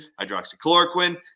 hydroxychloroquine